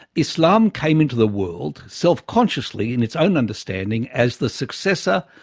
islam came into the world self-consciously in its own understanding as the successor,